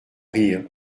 rire